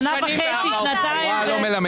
שנה וחצי, שנתיים.